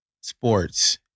sports